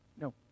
No